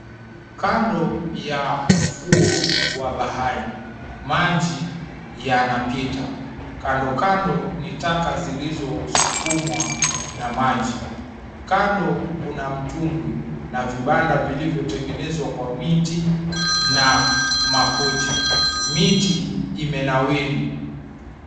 Kando ya ufuo wa bahari, maji yanapita. Kando kando ni taka zilizosukumwa na maji. Kando kuna mtumbwi na vibanda vilivyotengenezwa kwa miti na makuti. Miti imenawiri.